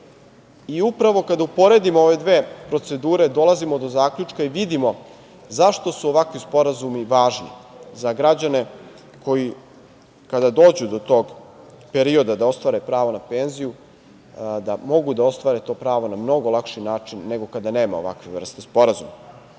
zemlji. Upravo, kada uporedimo ove dve procedure dolazimo do zaključka i vidimo zašto su ovakvi sporazumi važni za građane koji kada dođu do tog perioda da ostvare pravo na penziju da mogu da ostvare to pravo na mnogo lakši način nego kada nema ovakve vrste sporazuma. Nama